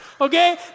Okay